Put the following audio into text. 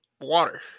water